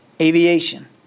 aviation